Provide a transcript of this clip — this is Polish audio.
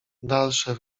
dalsze